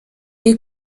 est